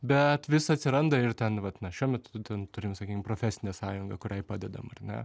bet vis atsiranda ir ten vat na šiuo metu ten turim sakykim profesinę sąjungą kuriai padedam ar ne